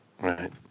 Right